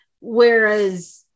whereas